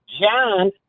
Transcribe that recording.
John